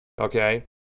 Okay